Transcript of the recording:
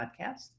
podcast